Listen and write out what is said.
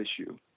issue